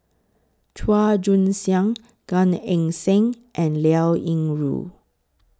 Chua Joon Siang Gan Eng Seng and Liao Yingru